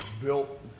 built